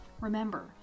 Remember